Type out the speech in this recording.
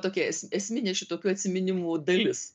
tokia esminė šitokių atsiminimų dalis